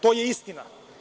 To je istina.